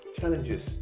challenges